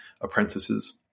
apprentices